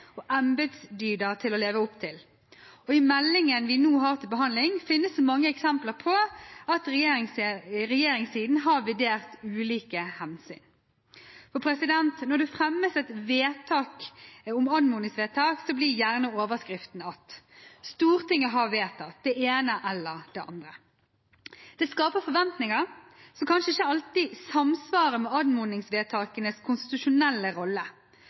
meldingen vi nå har til behandling, finnes det mange eksempler på at regjeringssiden har vurdert ulike hensyn. Når det fremmes et anmodningsvedtak, blir gjerne overskriften at Stortinget har vedtatt det ene eller det andre. Det skaper forventninger som kanskje ikke alltid samsvarer med anmodningsvedtakenes konstitusjonelle rolle.